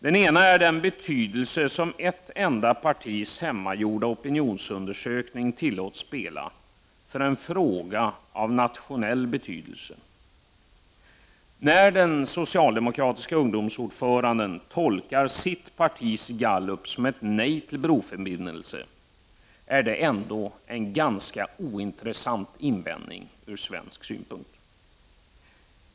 Den ena är den roll som ett enda partis hemmagjorda opinionsundersökning tillåts spela för en fråga av nationell betydelse. När den socialdemokratiska ungdomsordföranden tolkar sitt partis gallupundersökning som ett nej till broförbindelse, är det ändå från svensk synpunkt en ganska ointressant invändning.